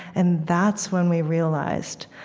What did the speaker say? and that's when we realized,